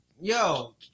yo